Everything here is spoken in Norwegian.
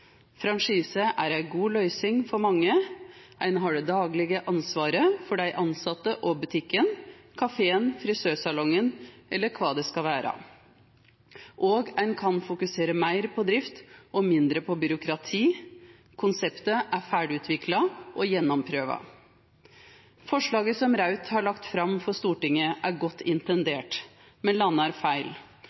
frå nokon kvar. I tillegg er det økonomiske tersklar som skal forserast. Franchise er ei god løysing for mange. Ein har det daglege ansvaret for dei tilsette og for butikken, kafeen, frisørsalongen eller kva det skal vera, og ein kan fokusera meir på drift og mindre på byråkrati. Konseptet er ferdigutvikla og gjennomprøvd. Forslaget som Raudt har lagt fram for Stortinget, er godt intendert,